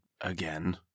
again